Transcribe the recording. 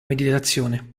meditazione